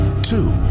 two